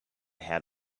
had